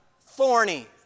thorny